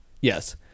yes